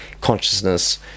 consciousness